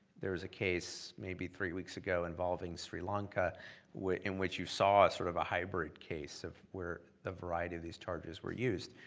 there's a case maybe three weeks ago involving sri lanka in which you saw sort of a hybrid case of where the variety of these charges were used.